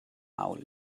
maul